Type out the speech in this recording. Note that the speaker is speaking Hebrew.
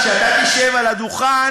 חבר הכנסת אורן חזן,